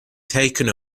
taken